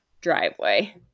driveway